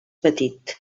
petit